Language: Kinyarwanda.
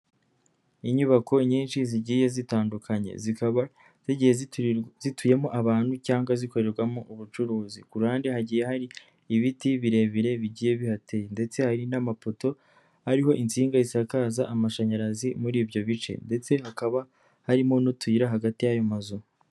Inyubako nyinshi zigiye zitandukanye, zikaba zigiye zituyemo abantu cyangwa zikorerwamo ubucuruzi, ku ruhande hagiye hari ibiti birebire bigiye bihateye ndetse hari n'amapoto ariho insinga zisakaza amashanyarazi muri ibyo bice ndetse hakaba harimo n'utuyira hagati y'ayo mazu.